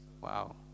Wow